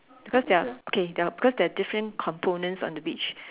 because there are okay because there are different components on the beach